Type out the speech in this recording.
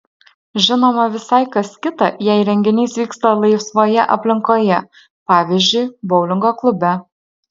žinoma visai kas kita jei renginys vyksta laisvoje aplinkoje pavyzdžiui boulingo klube